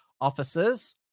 officers